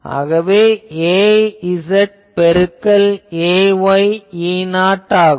ஆகவே az பெருக்கல் ay E0 ஆகும்